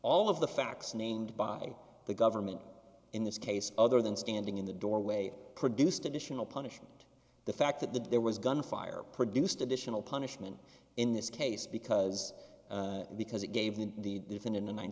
all of the facts named by the government in this case other than standing in the doorway produced additional punishment the fact that there was gunfire produced additional punishment in this case because because it gave the different in the